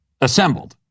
assembled